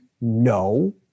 No